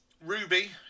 Ruby